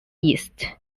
east